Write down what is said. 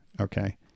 okay